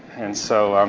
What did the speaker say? and so,